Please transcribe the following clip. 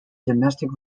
domestic